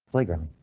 playground.